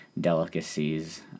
delicacies